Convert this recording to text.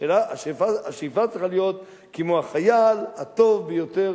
השאיפה צריכה להיות כמו החייל הטוב ביותר